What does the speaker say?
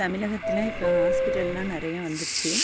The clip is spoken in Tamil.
தமிழகத்தில் இப்போ ஹாஸ்பிட்டலெலாம் நிறையா வந்திருச்சு